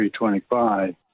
325